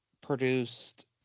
produced